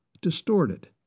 Distorted